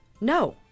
No